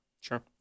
Sure